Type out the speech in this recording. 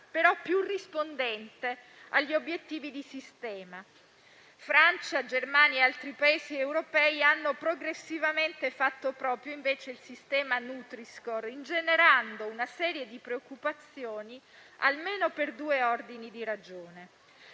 sia più rispondente agli obiettivi di sistema, Francia, Germania e altri Paesi europei hanno progressivamente fatto proprio, invece, il sistema nutri-score, ingenerando una serie di preoccupazioni, almeno per due ordini di ragioni.